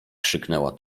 krzyknęła